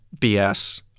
BS